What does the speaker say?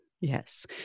Yes